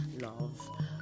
love